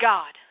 God